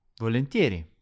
Volentieri